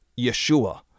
Yeshua